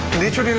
leeteuk.